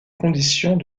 conditions